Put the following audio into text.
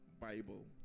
Bible